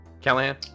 Callahan